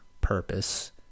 purpose